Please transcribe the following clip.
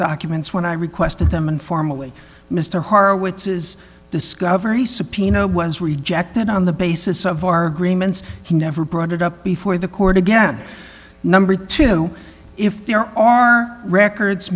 documents when i requested them informally mr harwood says discovery subpoena was rejected on the basis of our dream and he never brought it up before the court again number two if there are records